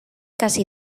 casi